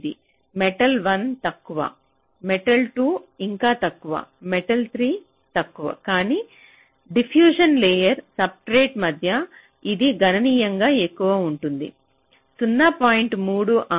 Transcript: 058 metal 1 తక్కువ metal 2 ఇంకా తక్కువ మెటల్ 3 తక్కువ కానీ డిఫ్యూషన్ లేయర్ సబ్స్ట్రేట్కు మధ్య ఇది గణనీయంగా ఎక్కువగా ఉంటుంది 0